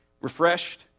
refreshed